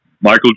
Michael